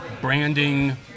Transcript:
branding